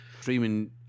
streaming